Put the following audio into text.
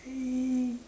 !yay!